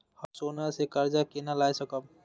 हम सोना से कर्जा केना लाय सकब?